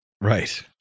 right